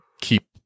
keep